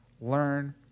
learn